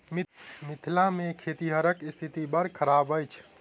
मिथिला मे खेतिहरक स्थिति बड़ खराब अछि